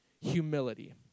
humility